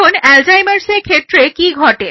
এখন অ্যালজাইমার্সের ক্ষেত্রে কি ঘটে